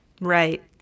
Right